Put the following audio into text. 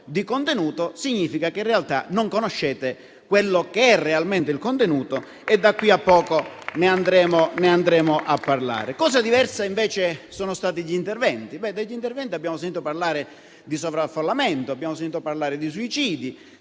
di contenuto significa che in realtà non conoscete quello che è realmente il contenuto. È di qui a breve ne andremo a parlare. Cosa diversa invece sono stati gli interventi. Abbiamo sentito parlare di sovraffollamento, di suicidi